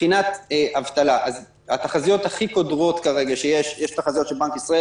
מבחינת אבטלה: התחזיות הכי קודרות שיש כרגע יש תחזיות של בנק ישראל,